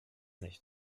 nicht